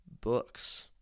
books